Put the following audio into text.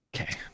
okay